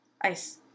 Ice